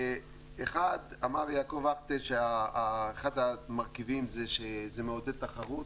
אמר יעקב וכטל שאחד המרכיבים זה שזה מעודד תחרות,